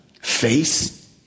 face